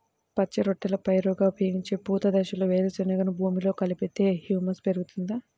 పచ్చి రొట్టెల పైరుగా ఉపయోగించే పూత దశలో వేరుశెనగను భూమిలో కలిపితే హ్యూమస్ పెరుగుతుందా?